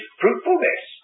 fruitfulness